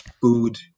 food